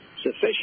sufficient